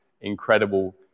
incredible